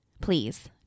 Please